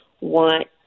want